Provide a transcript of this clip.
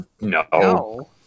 No